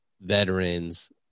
Veterans